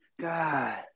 God